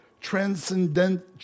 transcendent